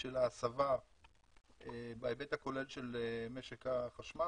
של ההסבה בהיבט הכולל של משק החשמל.